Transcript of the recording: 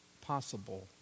possible